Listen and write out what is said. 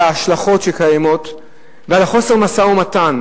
על ההשלכות שקיימות ועל חוסר המשא-ומתן